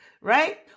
right